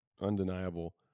undeniable